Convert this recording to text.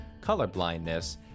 colorblindness